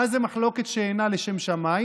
מה זה מחלוקת שאינה לשם שמיים?